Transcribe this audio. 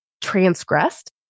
transgressed